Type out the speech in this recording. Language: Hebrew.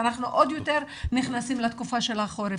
ואנחנו עוד יותר נכנסים לתקופה של החורף.